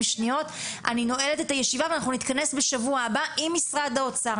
אני נועלת את הישיבה ואנחנו נתכנס בשבוע הבא עם משרד האוצר,